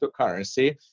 cryptocurrency